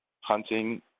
hunting